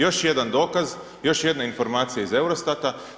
Još jedan dokaz, još jedna informacija iz Eurostata.